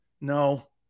No